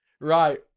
right